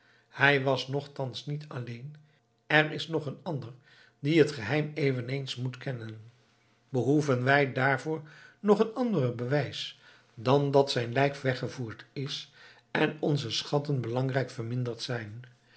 hij was nochtans niet alleen er is nog een ander die het geheim eveneens moet kennen behoeven wij daarvoor nog een ander bewijs dan dat zijn lijk weggevoerd is en onze schatten belangrijk verminderd zijn